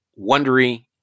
Wondery